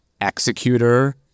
executor